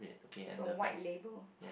with a white label